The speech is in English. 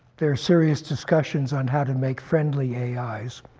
there are serious discussions on how to make friendly ais.